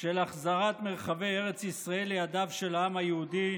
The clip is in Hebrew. של החזרת מרחבי ארץ ישראל לידיו של העם היהודי,